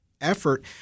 effort